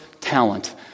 talent